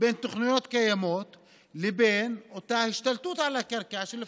בין תוכניות קיימות לבין אותה השתלטות על הקרקע של,